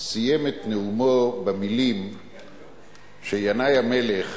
סיים את נאומו במלים שינאי המלך